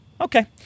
Okay